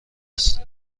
است